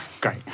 Great